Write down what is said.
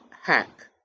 hack